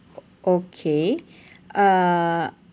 okay uh